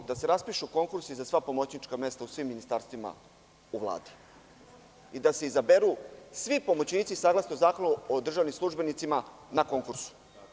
Da se raspišu konkursi za sva pomoćnička mesta u svim ministarstvima u Vladi i da se izaberu svi pomoćnici saglasno Zakonu o državnim službenicima na konkursu.